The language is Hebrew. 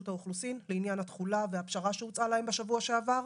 האוכלוסין בעניין התחולה והפשרה שהוצעה להם בשבוע שעבר,